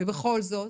ובכל זאת,